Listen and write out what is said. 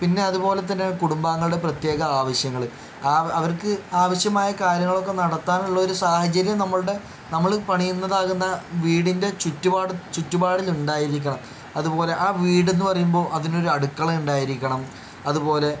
പിന്നെ അതുപോലെ തന്നെ കുടുംബാങ്ങളുടെ പ്രത്യേക ആവശ്യങ്ങൾ ആ അവർക്ക് ആവശ്യമായ കാര്യങ്ങളൊക്കെ നടത്താനുള്ള ഒരു സാഹചര്യം നമ്മളുടെ നമ്മൾ പണിയുന്നതാകുന്ന വീടിൻ്റെ ചുറ്റുപാട് ചുറ്റുപാടിൽ ഉണ്ടായിരിക്കണം അതുപോലെ ആ വീട് എന്ന് പറയുമ്പോൾ അതിനൊരു അടുക്കള ഉണ്ടായിരിക്കണം അതുപോലെ